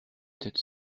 têtes